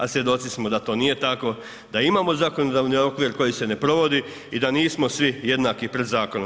A svjedoci smo da to nije tako, da imamo zakonodavni okvir koji se ne provodi i da nismo svi jednaki pred zakonom.